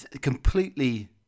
completely